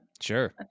sure